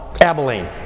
Abilene